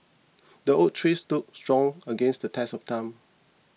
the oak tree stood strong against the test of time